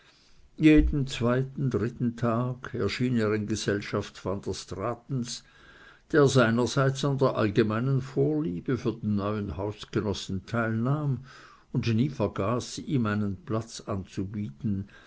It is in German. jeden zweiten dritten tag erschien er in gesellschaft van der straatens der seinerseits an der allgemeinen vorliebe für den neuen hausgenossen teilnahm und nie vergaß ihm einen platz anzubieten